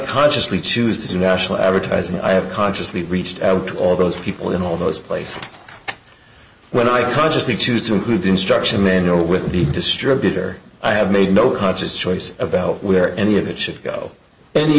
consciously choose to do national advertising i have consciously reached out to all those people in all those places when i consciously choose to include the instruction manual with the distributor i have made no conscious choice about where any of it should go any